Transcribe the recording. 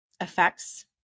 effects